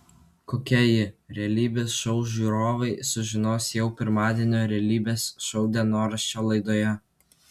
kokia ji realybės šou žiūrovai sužinos jau pirmadienio realybės šou dienoraščio laidoje